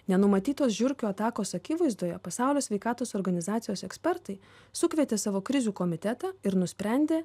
nenumatytos žiurkių atakos akivaizdoje pasaulio sveikatos organizacijos ekspertai sukvietė savo krizių komitetą ir nusprendė